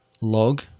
log